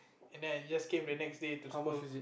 and then I just came the next day to school